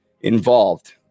involved